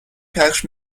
پخش